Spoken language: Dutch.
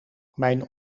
mijn